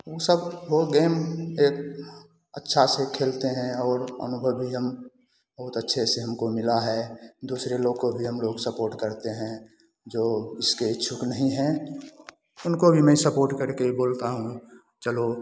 ऊ सब वो गेम एक अच्छा से खेलते हैं और अनुभवी हम बहुत अच्छे से हमको मिला है दूसरे लोग को भी हम लोग सपोर्ट करते हैं जो इसके इच्छुक नहीं हैं उनको भी मैं सपोर्ट करके बोलता हूँ चलो